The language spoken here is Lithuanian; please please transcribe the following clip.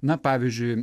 na pavyzdžiui